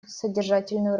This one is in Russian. содержательную